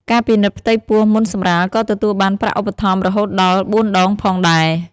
ការពិនិត្យផ្ទៃពោះមុនសម្រាលក៏ទទួលបានប្រាក់ឧបត្ថម្ភរហូតដល់៤ដងផងដែរ។